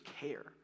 care